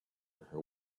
her